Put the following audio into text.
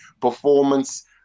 performance